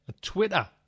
Twitter